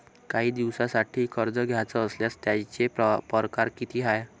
कायी दिसांसाठी कर्ज घ्याचं असल्यास त्यायचे परकार किती हाय?